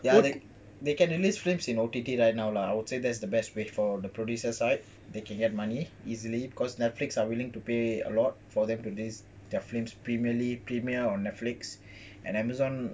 ya they they can release films in O T T right now ah I will say that is the best way for the producer side they can get money easily because netflix are willing to pay a lot for them to use their films primarily premier on netflix and amazon